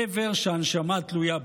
אֵבֶר שהנשמה תלויה בו.